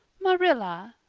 marilla!